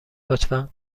لطفا